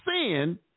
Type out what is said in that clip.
sin